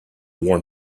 worn